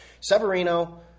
Severino